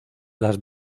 las